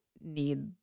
need